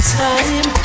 time